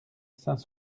saint